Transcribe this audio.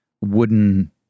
wooden